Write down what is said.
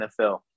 NFL